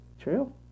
True